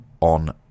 on